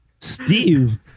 Steve